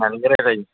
सानैजों रायलायसै